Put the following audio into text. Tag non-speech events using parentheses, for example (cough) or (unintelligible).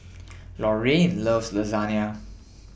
Lorraine loves (unintelligible)